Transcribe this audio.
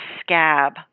scab